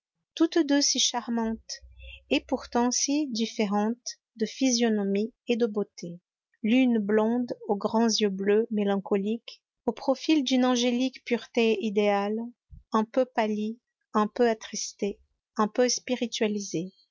toutes deux si charmantes et pourtant si différentes de physionomie et de beauté l'une blonde aux grands yeux bleus mélancoliques au profil d'une angélique pureté idéale un peu pâli un peu attristé un peu spiritualisé